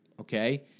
okay